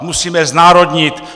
Musíme znárodnit!